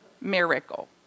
Miracle